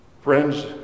Friends